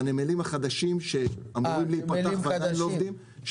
והנמלים החדשים שאמורים להיפתח ועדיין לא עובדים,